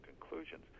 conclusions